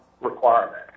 requirement